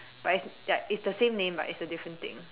whereas like it's the same name but it's a different thing